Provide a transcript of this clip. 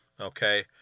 Okay